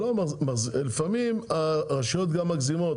לפעמים הרשויות גם מגזימות,